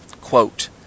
Quote